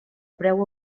preu